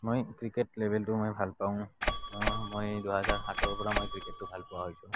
মই ক্ৰিকেট লেবেলটো মই ভাল পাওঁ মই দুই হাজাৰ সাতৰ পৰা মই ক্ৰিকেটটো ভাল পোৱা হৈছোঁ